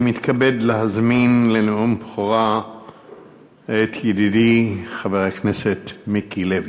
אני מתכבד להזמין לנאום בכורה את ידידי חבר הכנסת מיקי לוי.